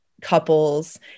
couples